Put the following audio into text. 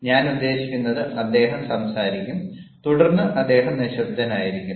ഞാൻ ഉദ്ദേശിക്കുന്നത് അദ്ദേഹം സംസാരിക്കും തുടർന്ന് അദ്ദേഹം നിശബ്ദനായിരിക്കും